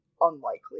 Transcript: unlikely